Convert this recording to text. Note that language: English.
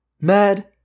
mad